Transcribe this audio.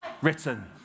Written